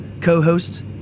co-hosts